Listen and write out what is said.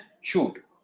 shoot